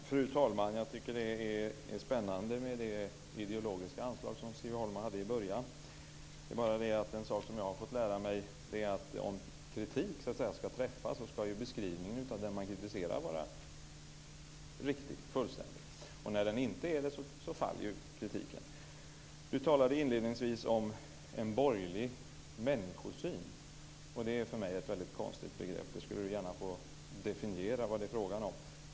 Fru talman! Jag tycker att det är spännande med det ideologiska anslag som Siv Holma hade i början av sitt anförande. En sak som jag har fått lära mig är att om kritik ska träffa ska beskrivningen av det man kritiserar vara riktig och fullständig. När den inte är det faller kritiken. Siv Holma talade inledningsvis om en borgerlig människosyn. För mig är det ett väldigt konstigt begrepp. Där får Siv Holma gärna definiera vad det är fråga om.